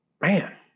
man